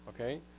okay